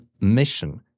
mission